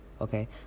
Okay